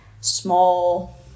small